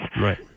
Right